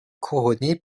couronnée